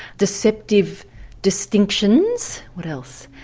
deceptive distinctions what else?